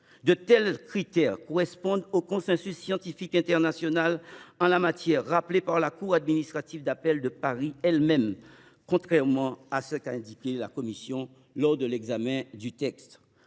De tels critères correspondent au consensus scientifique international en la matière, rappelé par la cour administrative d’appel de Paris, contrairement à ce qu’a indiqué la commission lors de ses travaux.